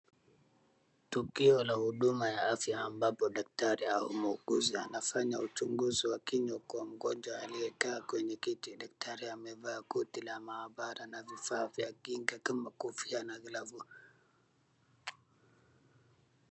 Tukio la huduma ya afya ambapo daktari au muuguzi anafanya uchunguzi wa kinywa kwa mgonjwa aliyekaa kwenye kiti. Daktari amevaa koti la maabara na vifaa vya kinga kama kofia na glavu.